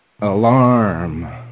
Alarm